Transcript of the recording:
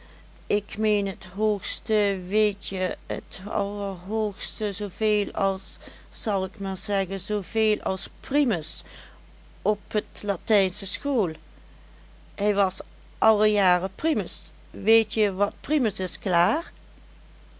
ik meen het hoogste weetje het allerhoogste zoo veel als zal ik maar zeggen zooveel als primus op t latijnsche school hij was alle jaren primus weetje wat primus is klaar